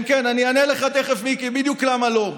כן, כן, אני אענה לך תכף, מיקי, בדיוק למה לא.